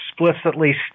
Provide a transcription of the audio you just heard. explicitly